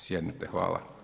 Sjednite, hvala.